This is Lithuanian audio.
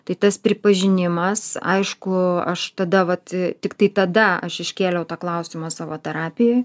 tai tas pripažinimas aišku aš tada vat tiktai tada aš iškėliau tą klausimą savo terapijoj